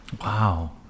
Wow